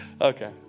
Okay